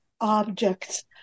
objects